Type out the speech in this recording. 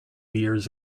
years